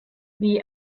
wie